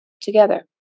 together